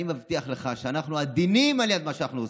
אני מבטיח לך שאנחנו עדינים ליד מה שאתם עושים.